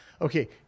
Okay